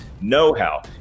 know-how